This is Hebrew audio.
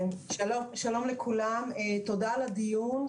שלום לכולם, תודה על הדיון.